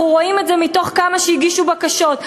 אנחנו רואים את זה אצל כמה שהגישו בקשות,